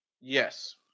Yes